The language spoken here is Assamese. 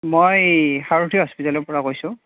মই সাৰথি হস্পিতালৰ পৰা কৈছোঁ